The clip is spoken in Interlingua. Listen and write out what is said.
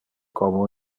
como